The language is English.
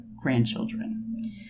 grandchildren